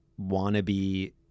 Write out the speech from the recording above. wannabe